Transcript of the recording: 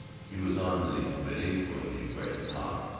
he was on the committee for the freshman hop,